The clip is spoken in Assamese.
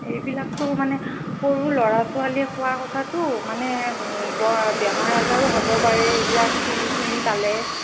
এইবিলাকতো মানে সৰু ল'ৰা ছোৱালীয়ে খোৱা কথাতো মানে বৰ বেমাৰ আজাৰো হ'ব পাৰে এইবিলাক চুলি তুলি পালে